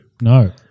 No